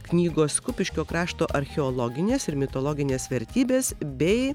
knygos kupiškio krašto archeologinės ir mitologinės vertybės bei